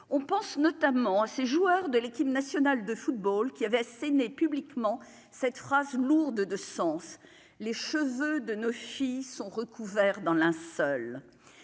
on pense notamment à ses joueurs de l'équipe nationale de football qui avait asséné publiquement cette phrase lourde de sens, les cheveux de nos filles sont recouverts dans un seul